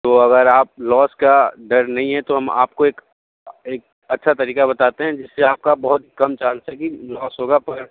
तो अगर आप लॉस का डर नहीं है तो हम आपको एक एक अच्छा तरीका बताते हैं जिससे आपका बहुत कम चांस है कि आपका लॉस होगा पर